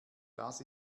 das